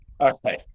Okay